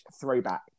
throwback